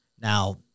Now